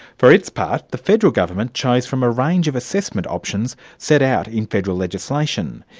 for its part, the federal government chose from a range of assessment options set out in federal legislation.